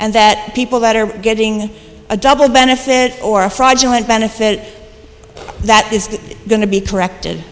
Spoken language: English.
and that people that are getting a double benefit or a fraudulent benefit that is going to be corrected